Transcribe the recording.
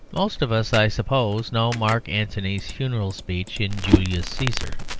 most of us, i suppose, know mark antony's funeral speech in julius caesar.